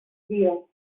veils